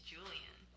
Julian